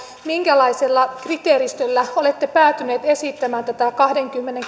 minkälaisella kriteeristöllä olette päätyneet esittämään tätä kahdenkymmenen